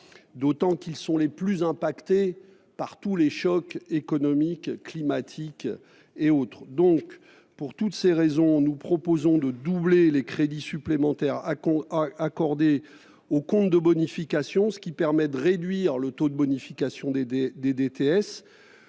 d'autant qu'ils sont les plus touchés par les chocs économiques, climatiques ou autres. Pour toutes ces raisons, nous proposons de doubler les crédits supplémentaires accordés au compte de bonification, ce qui permettrait de réduire le taux de bonification des DTS.